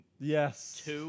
Yes